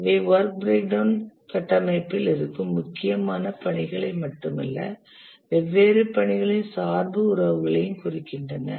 இவை work breakdown கட்டமைப்பில் இருக்கும் முக்கியமான பணிகளை மட்டுமல்ல வெவ்வேறு பணிகளின் சார்பு உறவுகளையும் குறிக்கின்றன